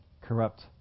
corrupt